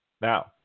Now